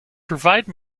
provide